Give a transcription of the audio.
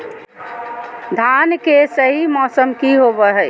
धान के सही मौसम की होवय हैय?